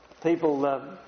people